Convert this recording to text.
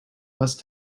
must